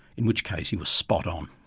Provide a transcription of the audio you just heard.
in which case he was spot on.